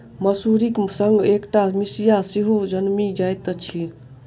मसुरीक संग अकटा मिसिया सेहो जनमि जाइत अछि